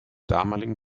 damaligen